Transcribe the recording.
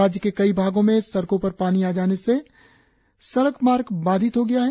राज्य के कई भागों में सड़कों पर पानी आ जाने से सड़ल मार्ग बाधित हो गया है